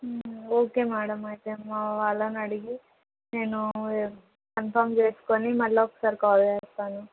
okay madam అయితే మా వాళ్ళని అడిగి నేను కన్ఫామ్ చేసుకొని మళ్ళీ ఒకసారి కాల్ చేస్తాను